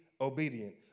obedient